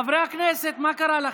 חברי הכנסת, מה קרה לכם?